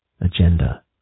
Agenda